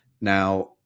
now